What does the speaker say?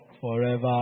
forever